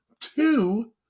two